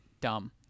dumb